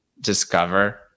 discover